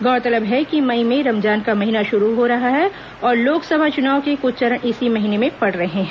गौरतलब है कि मई में रमजान का महीना शुरू हो रहा है और लोकसभा चुनाव के कुछ चरण इसी महीने में पड़ रहे हैं